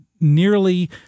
nearly